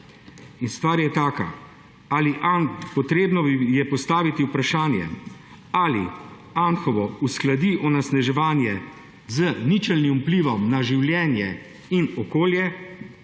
In stvar je taka: potrebno je postaviti vprašanje, ali Anhovo uskladi onesnaževanje z ničelnim vplivom na življenje in okolje